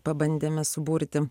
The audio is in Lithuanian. pabandėme suburti